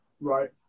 right